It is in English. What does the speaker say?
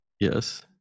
yes